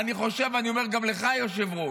אני חושב, ואני אומר גם לך, היושב-ראש,